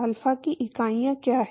alpha की इकाइयाँ क्या हैं